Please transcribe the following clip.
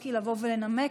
מלינובסקי לבוא ולנמק.